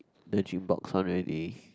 the Gymbox one already